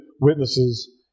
witnesses